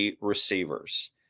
receivers